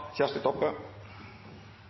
Kjersti Toppe